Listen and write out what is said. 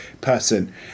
person